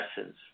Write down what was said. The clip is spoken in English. essence